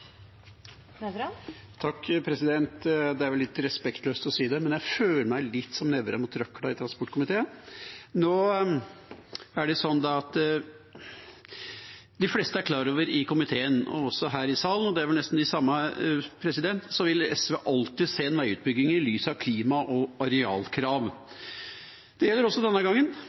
mot røkla i transportkomiteen. Nå er det sånn, som de fleste i komiteen – og også her i salen, og det er vel nesten de samme – er klar over, at SV alltid vil se en veiutbygging i lys av klima- og arealkrav. Det gjelder også denne gangen.